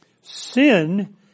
Sin